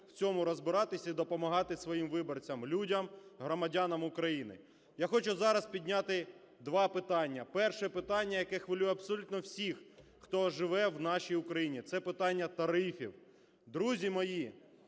в цьому розбиратися і допомагати своїм виборцям людям, громадянам України. Я хочу зараз підняти два питання. Перше питання, яке хвилює абсолютно всіх, хто живе в нашій Україні. Це питання тарифів. Друзі мої,